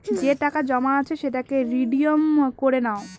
যে টাকা জমা আছে সেটাকে রিডিম করে নাও